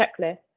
checklist